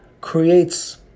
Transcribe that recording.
creates